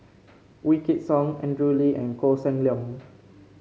Wykidd Song Andrew Lee and Koh Seng Leong